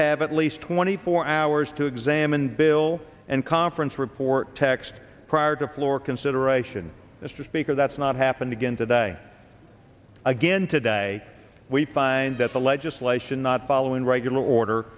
have at least twenty four hours to examine bill and conference report text prior to floor consideration mr speaker that's not happened again today again today we find that the legislation not following regular order